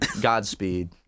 Godspeed